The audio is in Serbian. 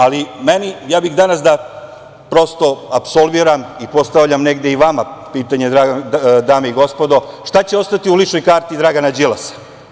Ali, ja bih danas da prosto apsolviram i postavljam negde i vama pitanje, dame i gospodo, šta će ostati u ličnoj karti Dragana Đilasa?